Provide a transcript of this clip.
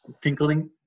tinkling